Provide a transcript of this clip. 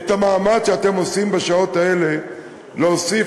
את המאמץ שאתם עושים בשעות האלה להוסיף